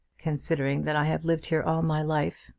considering that i have lived here all my life,